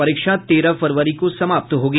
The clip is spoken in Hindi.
परीक्षा तेरह फरवरी को समाप्त होगी